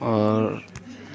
اور